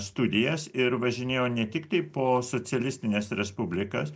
studijas ir važinėjo ne tiktai po socialistines respublikas